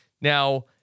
Now